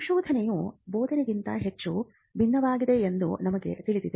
ಸಂಶೋಧನೆಯು ಬೋಧನೆಗಿಂತ ಹೆಚ್ಚು ಭಿನ್ನವಾಗಿದೆ ಎಂದು ನಮಗೆ ತಿಳಿದಿದೆ